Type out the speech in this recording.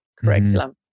curriculum